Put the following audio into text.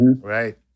Right